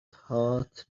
هات